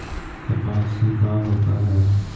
कपास से का होता है?